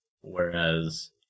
Whereas